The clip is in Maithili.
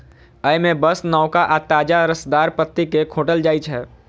अय मे बस नवका आ ताजा रसदार पत्ती कें खोंटल जाइ छै